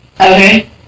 Okay